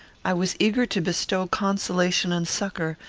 i was eager to bestow consolation and succour,